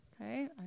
Okay